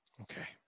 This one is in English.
Okay